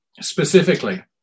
specifically